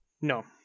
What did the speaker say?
No